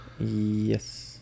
yes